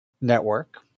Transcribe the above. network